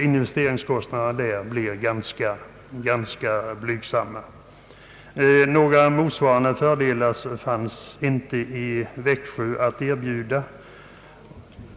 Investeringskostnaderna blir därför ganska blygsamma. Några motsvarande fördelar fanns inte att er Ang. den skogliga yrkesutbildningen bjuda i Växjö.